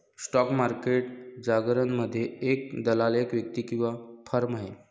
stock market जारगनमध्ये, एक दलाल एक व्यक्ती किंवा फर्म आहे